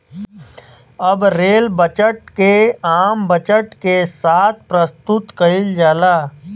अब rail budget के आम बजट के साथ प्रसतुत कईल जाला